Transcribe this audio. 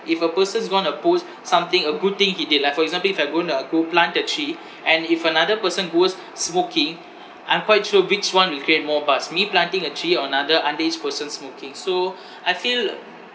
if a person's going to post something a good thing he did like for example if I'm going to go plant a tree and if another person who was smoking I'm quite sure which one will create more buzz me planting a tree or another underage person smoking so I feel